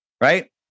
right